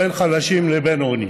וחלשים, ועוני.